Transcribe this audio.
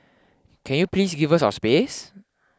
can you please give us our space